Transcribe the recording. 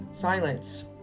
Silence